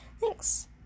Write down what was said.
Thanks